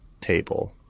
table